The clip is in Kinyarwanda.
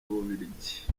ububiligi